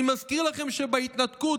אני מזכיר לכם שבהתנתקות,